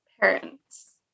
parents